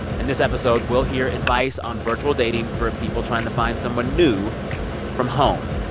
and this episode, we'll hear advice on virtual dating for people trying to find someone new from home.